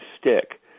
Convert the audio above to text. stick